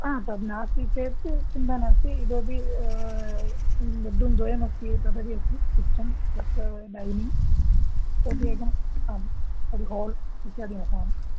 हा तद् नास्ति चेत् चिन्ता नास्ति इतोपि बेड्रूम् द्वयमस्ति तदपि अस्ति किचन् तत् डैनिङ्ग् इतोपि एकम् आं तद् हाल् इत्यादिवसां